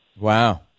Wow